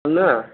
आंना